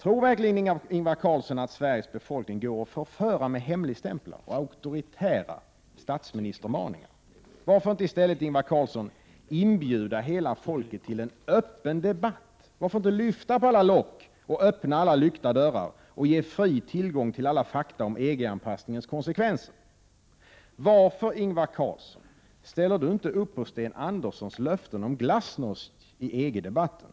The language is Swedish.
Tror verkligen Ingvar Carlsson att det går att förföra Sveriges befolkning med hjälp av hemligstämplar och auktoritära statsministermaningar? Varför inte i stället, Ingvar Carlsson, inbjuda hela folket till en öppen debatt? Varför inte lyfta på alla lock, öppna alla lyckta dörrar och ge fri tillgång till alla fakta om EG-anpassningens konsekvenser? Varför ställer inte Ingvar Carlsson upp på Sten Anderssons löften om glasnost i EG-debatten?